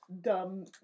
dumb